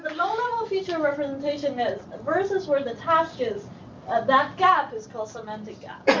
low-level feature representation is versus where the task is that gap is called semantic gap.